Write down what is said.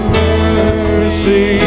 mercy